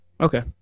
okay